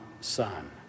Son